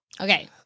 Okay